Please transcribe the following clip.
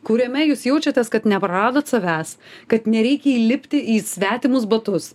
kuriame jūs jaučiatės kad nepraradot savęs kad nereikia įlipti į svetimus batus